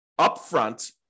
upfront